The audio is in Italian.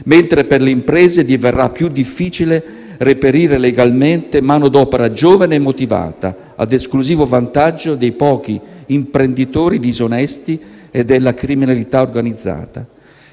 mentre per le imprese diverrà più difficile reperire legalmente mano d'opera giovane e motivata, ad esclusivo vantaggio dei pochi imprenditori disonesti e della criminalità organizzata.